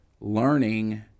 learning